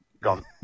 Gone